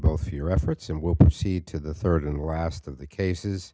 for your efforts and we'll proceed to the third and last of the cases